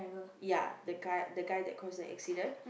ya the guy the guy that caused the accident